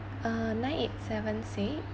uh nine eight seven six